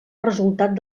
resultat